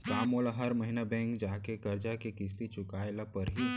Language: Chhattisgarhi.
का मोला हर महीना बैंक जाके करजा के किस्ती चुकाए ल परहि?